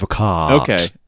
Okay